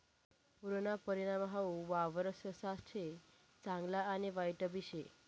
पुरना परिणाम हाऊ वावरससाठे चांगला आणि वाईटबी शे